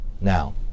Now